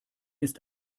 ist